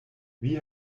wie